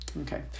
okay